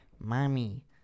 mommy